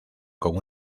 con